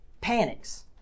panics